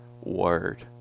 Word